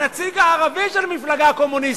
הנציג הערבי של המפלגה הקומוניסטית,